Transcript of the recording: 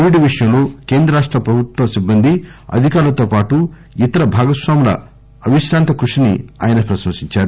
Covid విషయంలో కేంద్ర రాష్ట ప్రభుత్వ సిబ్బంది అధికారులతో పాటు ఇతర భాగస్వాముల అవిశ్రాంత కృషిని ఆయన ప్రశంసించారు